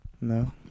No